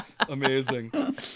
Amazing